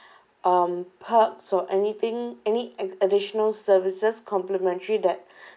um perks so anything any ad~ additional services complimentary that